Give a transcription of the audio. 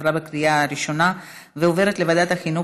לוועדת החינוך,